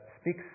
speaks